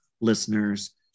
listeners